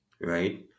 right